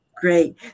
Great